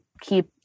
keep